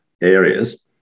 areas